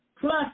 plus